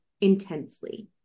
intensely